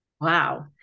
Wow